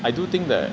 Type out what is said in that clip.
I do think that